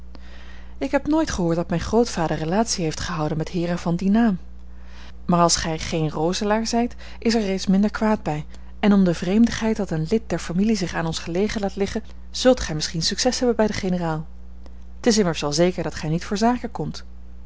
ik heb nooit gehoord dat mijn grootvader relatiën heeft gehouden met heeren van dien naam maar als gij geen roselaer zijt is er reeds minder kwaad bij en om de vreemdigheid dat een lid der familie zich aan ons gelegen laat liggen zult gij misschien succes hebben bij den generaal t is immers wel zeker dat gij niet voor zaken komt